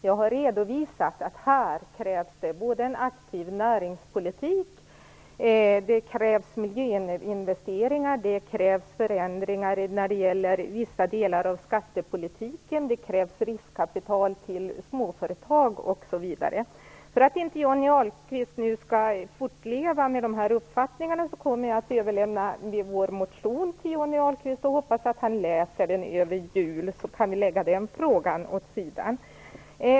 Jag har redovisat att här krävs det en aktiv näringspolitik, miljöinvesteringar, förändringar i vissa delar av skattepolitiken, riskkapital till småföretag osv. För att inte Johnny Ahlqvist nu skall fortleva med dessa uppfattningar kommer jag att överlämna vår motion till Johnny Ahlqvist och hoppas att han läser den över jul. Då kan vi lägga den frågan åt sidan.